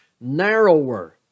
narrower